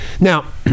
Now